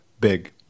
big